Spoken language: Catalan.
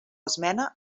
esmena